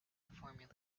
formula